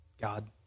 God